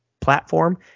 platform